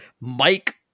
Mike